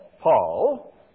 Paul